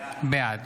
בעד